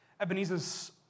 Ebenezer's